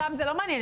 אותם זה לא מעניין,